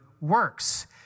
works